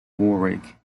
warwick